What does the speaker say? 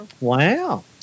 Wow